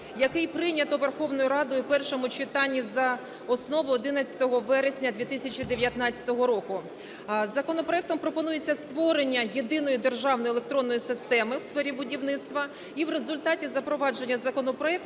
який прийнято Верховною Радою в першому читанні за основу 11 вересня 2019 року. Законопроектом пропонується створення Єдиної державної електронної системи у сфері будівництва і в результаті запровадження законопроекту